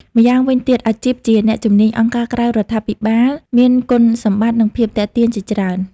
ម៉្យាងវិញទៀតអាជីពជាអ្នកជំនាញអង្គការក្រៅរដ្ឋាភិបាលមានគុណសម្បត្តិ និងភាពទាក់ទាញជាច្រើន។